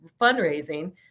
fundraising